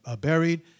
buried